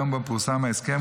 היום שבו פורסם ההסכם,